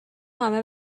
همه